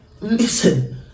listen